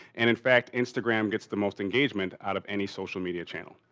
and in fact instagram gets the most engagement out of any social media channel,